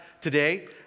today